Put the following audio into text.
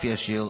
כמו בשיר,